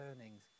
earnings